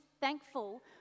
thankful